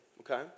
Okay